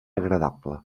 agradable